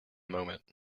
moment